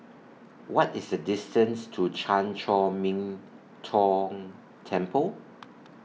What IS The distance to Chan Chor Min Tong Temple